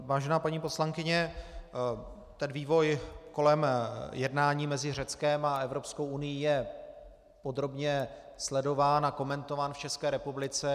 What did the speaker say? Vážená paní poslankyně, vývoj kolem jednání mezi Řeckem a Evropskou unií je podrobně sledován a komentován v České republice.